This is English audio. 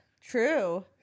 True